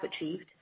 achieved